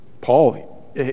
Paul